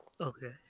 Okay